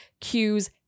cues